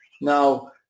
Now